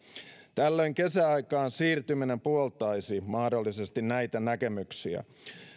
tällöin kesäaikaan siirtyminen puoltaisi mahdollisesti näitä näkemyksiä